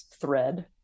thread